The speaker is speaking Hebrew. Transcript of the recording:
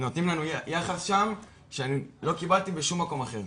נותנים לנו יחס שם, שאני לא קיבלתי בשום מקום אחר.